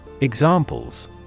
Examples